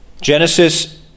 Genesis